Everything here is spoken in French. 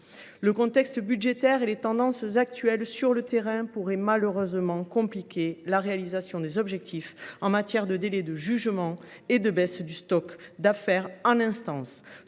du contexte budgétaire et des tendances actuelles sur le terrain, il pourrait malheureusement être compliqué d’atteindre les objectifs en matière de délais de jugement et de baisse du stock des affaires en instance.